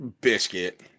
Biscuit